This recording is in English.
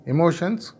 Emotions